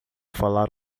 falar